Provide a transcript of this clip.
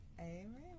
Amen